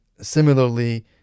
similarly